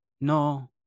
No